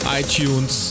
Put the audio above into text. iTunes